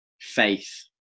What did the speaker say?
faith